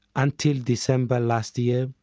until december last year,